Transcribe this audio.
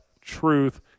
truth